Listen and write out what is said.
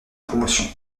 promotion